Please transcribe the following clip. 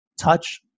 Touch